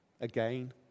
again